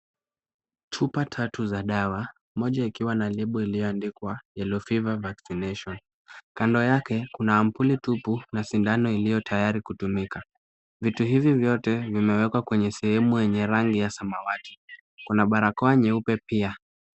Chupa tatu za dawa moja ikiwa na lebo iliyoandikwa Yellow Fever Vaccination . Kando yake kuna ampuli tupu na sindano iliyotayari kutumika. Vitu hivi vyote vimewekwa kwenye sehemu yenye rangi ya samawati. Kuna barakoa nyeupe pia.